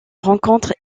rencontre